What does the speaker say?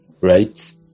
right